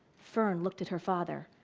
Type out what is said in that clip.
fern looked at her father,